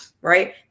right